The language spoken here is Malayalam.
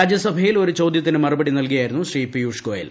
രാജ്യസഭയിൽ ഒരു ചോദൃത്തിന് മറുപടി നൽകുകയായിരുന്നു ശ്രീ പിയൂഷ് ഗോയൽ